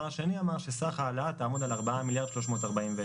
השני אמר שסך ההעלאה תעמוד על ארבעה מיליארד ו-341